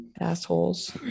Assholes